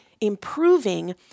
improving